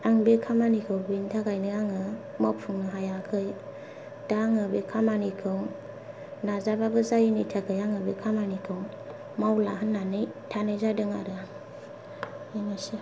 आं बे खामानिखौ बेनि थाखायनो आङो मावफुंनो हायाखै दा आङो बे खामानिखौ नाजाब्लाबो जायिनि थाखाय आङो बे खामानिखौ मावला होननानै थानाय जादों आरो बेनोसै